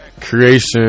creation